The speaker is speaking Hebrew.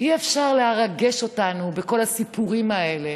אי-אפשר לרגש אותנו בכל הסיפורים האלה